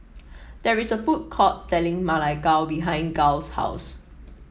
there is a food court selling Ma Lai Gao behind Giles' house